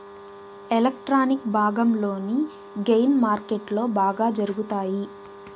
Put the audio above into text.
electronic భాగంలోని gain మార్కెట్లో బాగా జరుగుతాయి